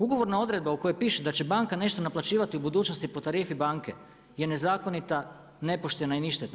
Ugovorna odredba u kojoj piše da će banka nešto naplaćivati u budućnosti po tarifi banke je nezakonita, nepoštena i ništena.